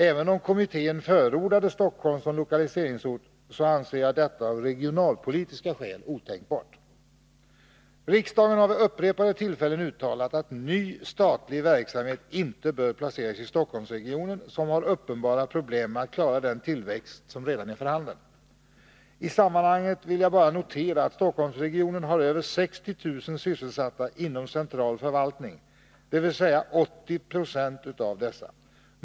Även om kommittén förordade Stockholm som lokaliseringsort, anser jag att det av regionalpolitiska skäl är otänkbart. Riksdagen har vid upprepade tillfällen uttalat att ny statlig verksamhet inte bör placeras i Stockholmsregionen, som har uppenbara probiem med att klara den tillväxt som redan är för handen. I sammanhanget vill jag bara notera att Stockholmsregionen har över 60 000 sysselsatta inom central förvaltning, dvs. 80 26 av dessa.